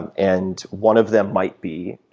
and and one of them might be,